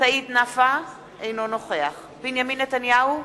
סעיד נפאע, אינו נוכח בנימין נתניהו,